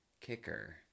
kicker